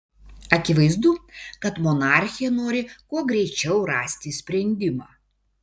akivaizdu kad monarchė nori kuo greičiau rasti sprendimą